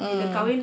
mm